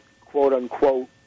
quote-unquote